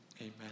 Amen